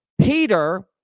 Peter